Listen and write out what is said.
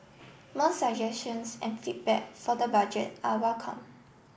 more suggestions and feedback for the budget are welcome